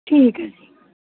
ਠੀਕ ਹੈ ਜੀ